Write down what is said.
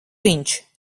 viņš